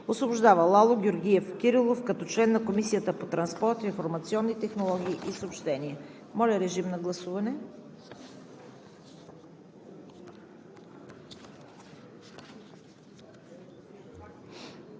Освобождава Александър Димитров Паунов като член на Комисията по транспорт, информационни технологии и съобщения.“ Моля, режим на гласуване.